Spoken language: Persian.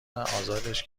ازادش